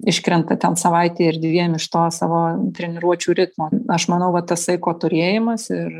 iškrenta savaitė ir dviem iš to savo treniruočių ritmo aš manau va tasai ko turėjimas ir